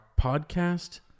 podcast